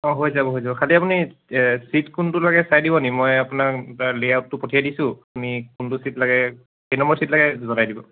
অঁ হৈ যাব হৈ যাব খালি আপুনি ছিট কোনটো লাগে চাই দিবনি মই আপোনাক তাৰ লে আউটটো পঠিয়াই দিছোঁ আপুনি কোনটো ছিট লাগে কেই নম্বৰ ছিট লাগে জনাই দিব